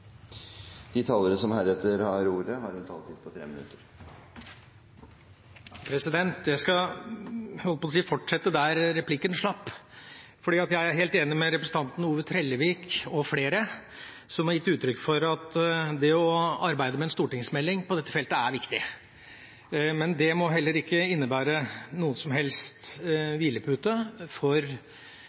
helt enig med representanten Ove Trellevik og flere som har gitt uttrykk for at det å arbeide med en stortingsmelding på dette feltet er viktig. Men det må ikke innebære noen som helst hvilepute for